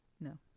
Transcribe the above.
No